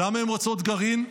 למה הן רוצות גרעין?